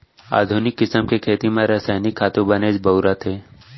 आधुनिक किसम के खेती म रसायनिक खातू बनेच बउरत हें